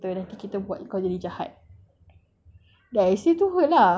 then buat apa kau kawan dengan orang jahat macam kita nanti kita buat kau jadi jahat